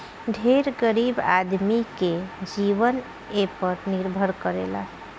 ढेर गरीब आदमी के जीवन एपर निर्भर करेला